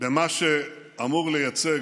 במה שאמור לייצג,